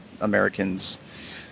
Americans